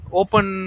open